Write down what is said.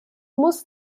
muss